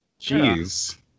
Jeez